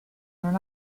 non